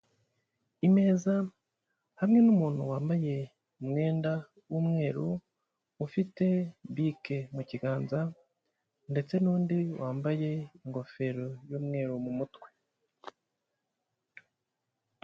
Imeza hamwe n'umuntu wambaye umwenda w'umweru, ufite bike mukiganza ndetse n'undi wambaye ingofero y'umweru mu mutwe.